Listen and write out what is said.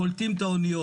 קולטים על אניות,